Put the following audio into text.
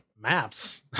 Maps